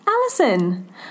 Alison